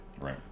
Right